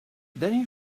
then